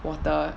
water